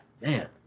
man